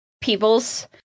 peoples